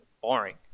boring